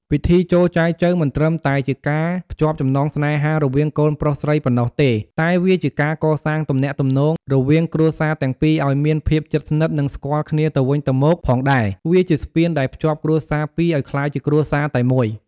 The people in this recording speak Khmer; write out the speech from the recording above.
ពិធីចូលចែចូវមិនត្រឹមតែជាការភ្ជាប់ចំណងស្នេហារវាងកូនប្រុសស្រីប៉ុណ្ណោះទេ តែវាក៏ជាការ កសាងទំនាក់ទំនង រវាង គ្រួសារទាំងពីរ ឲ្យមានភាព ជិតស្និទ្ធ និង ស្គាល់គ្នាទៅវិញទៅមក ផងដែរ វាជាស្ពានដែលភ្ជាប់គ្រួសារពីរឲ្យក្លាយជាគ្រួសារតែមួយ។